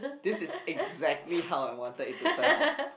this is exactly how I wanted it to turn out